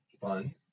fun